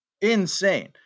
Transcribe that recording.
insane